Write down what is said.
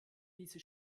diese